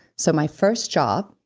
so my first job,